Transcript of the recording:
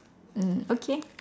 mm okay